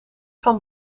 van